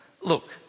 look